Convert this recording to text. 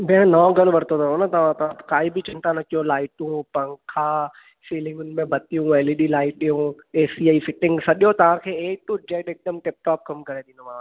भेण नओं घरु वरितो अथव न तव्हां त काई बि चिंता न कयो लाइटियूं पंखा सिलिंग में बत्तियूं एल ई डी लाइटियूं ए सी ई फिट्टींग सॼो तव्हां खे ए टू जेड एकदम टिप टॉप कमु करे ॾींदोमांव